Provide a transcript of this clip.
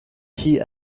key